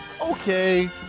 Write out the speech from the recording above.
okay